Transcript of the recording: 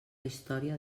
història